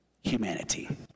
humanity